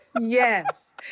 Yes